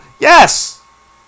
Yes